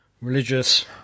Religious